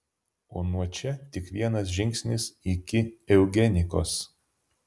o nuo čia tik vienas žingsnis iki eugenikos